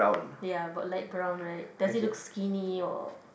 ya about light brown right does it look skinny or